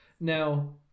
now